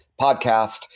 podcast